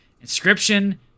Inscription